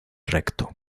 recto